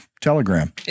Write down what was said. telegram